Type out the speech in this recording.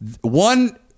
one